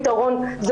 הפתרון מוצע לכולן.